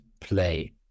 play